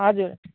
हजुर